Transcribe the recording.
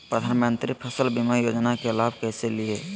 प्रधानमंत्री फसल बीमा योजना के लाभ कैसे लिये?